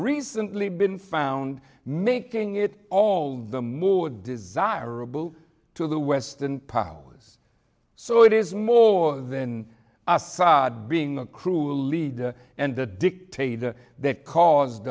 recently been found making it all the more desirable to the western powers so it is more than assad being the cruel leader and the dictator that caused